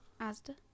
Asda